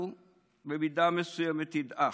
הוא במידה מסוימת ידעך.